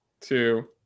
two